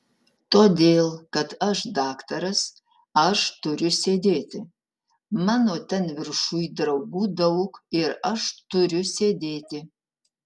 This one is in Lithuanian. todėl kad aš daktaras aš turiu sėdėti mano ten viršuj draugų daug ir aš turiu sėdėti